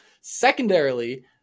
Secondarily